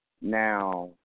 Now